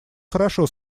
хорошо